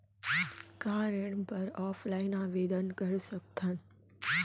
का ऋण बर ऑफलाइन आवेदन कर सकथन?